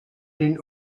den